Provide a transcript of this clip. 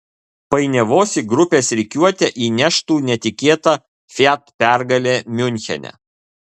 painiavos į grupės rikiuotę įneštų netikėta fiat pergalė miunchene